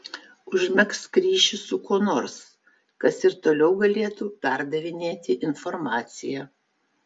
užmegzk ryšį su kuo nors kas ir toliau galėtų perdavinėti informaciją